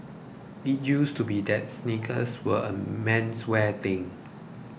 it used to be that sneakers were a menswear thing